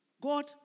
God